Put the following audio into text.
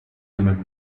among